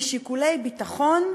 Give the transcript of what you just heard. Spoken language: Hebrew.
משיקולי ביטחון,